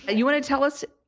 and you want to tell us,